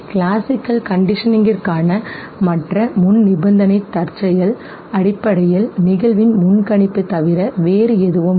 classical கண்டிஷனிங்கிற்கான மற்ற முன்நிபந்தனை தற்செயல் தற்செயல் அடிப்படையில் நிகழ்வின் முன்கணிப்பு தவிர வேறு எதுவும் இல்லை